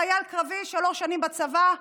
חייל קרבי בצבא, שלוש שנים בצבא,